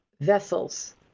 vessels